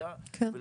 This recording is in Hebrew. אדם לא